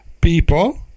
people